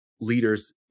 leaders